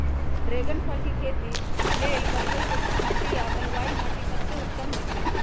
dragon फल के खेती लेल बलुई दोमट माटी आ बलुआइ माटि सबसे उत्तम होइ छइ